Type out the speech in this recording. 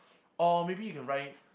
or maybe you can ride it